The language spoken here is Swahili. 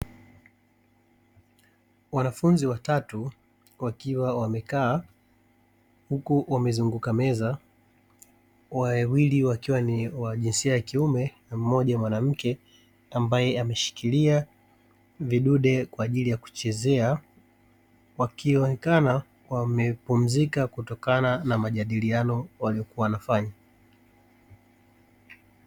Wanafunzi watatu wakiwa wamekaa huku wamezunguka meza wawili wakiwa ni wajinsia ya kiume na mmoja mwanamke ambaye ameshikilia vidude kwa ajili ya kuchezea wakionekana wamepumzika kutokana na majadiliano waliyokuwa wanafanya.